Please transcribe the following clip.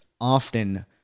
often